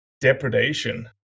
depredation